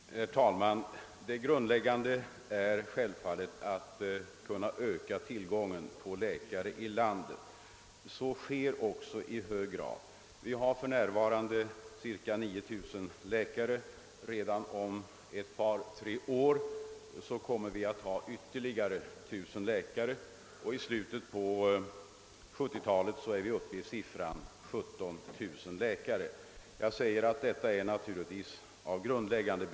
Herr talman! Det grundläggande i detta sammanhang är självfallet att kunna öka tillgången på läkare i landet. En kraftig sådan ökning sker också. Vi har för närvarande cirka 9 000 läkare; redan om ett par tre år kommer vi att ha ytterligare 1000 läkare, och i slutet på 1970-talet är vi uppe i 17 000 läkare. Jag understryker att detta är av grundläggande betydelse på längre sikt.